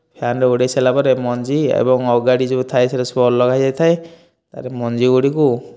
ଫ୍ଯାନରେ ଓଡ଼େଇ ସାରିଲା ପରେ ମଞ୍ଜି ଏବଂ ଅଗାଡ଼ି ଯେଉଁ ଥାଏ ସବୁ ଅଲଗା ହୋଇଯାଇଥାଏ ତାପରେ ମଞ୍ଜି ଗୁଡ଼ିକୁ